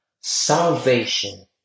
Salvation